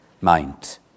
mind